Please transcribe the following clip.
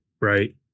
right